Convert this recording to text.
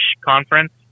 conference